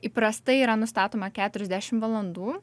įprastai yra nustatoma keturiasdešim valandų